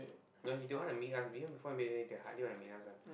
no he don't want to meet us we informed already he hardly want to meet us one